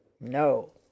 No